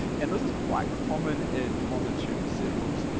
and this is quite common in honda tuning circles,